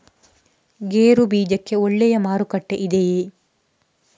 ಗೇರು ಬೀಜಕ್ಕೆ ಒಳ್ಳೆಯ ಮಾರುಕಟ್ಟೆ ಇದೆಯೇ?